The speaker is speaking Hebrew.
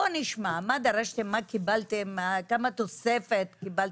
בוא נשמע מה דרשתם, מה קיבלתם, כמה תוספת קיבלתם?